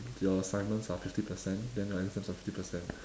your assignments are fifty percent then your exams are fifty percent